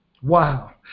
Wow